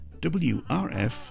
WRF